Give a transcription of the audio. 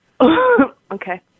okay